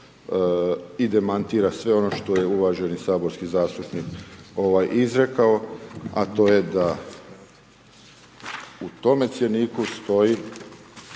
i demantira sve ono što je uvaženi saborski zastupnik izrekao, a to je da u tome cjeniku stoji